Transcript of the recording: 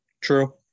True